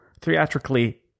theatrically